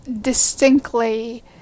distinctly